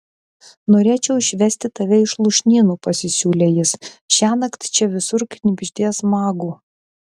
norėčiau išvesti tave iš lūšnynų pasisiūlė jis šiąnakt čia visur knibždės magų